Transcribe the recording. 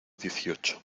dieciocho